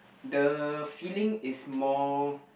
the feeling is more